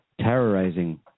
terrorizing